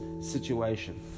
situation